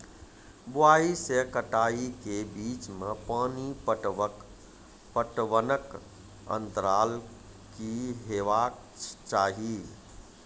बुआई से कटाई के बीच मे पानि पटबनक अन्तराल की हेबाक चाही?